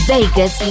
Vegas